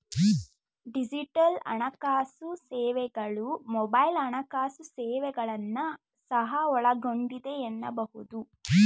digital ಹಣಕಾಸು ಸೇವೆಗಳು mobile ಹಣಕಾಸು ಸೇವೆಗಳನ್ನ ಸಹ ಒಳಗೊಂಡಿದೆ ಎನ್ನಬಹುದು